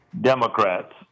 Democrats